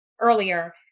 earlier